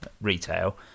retail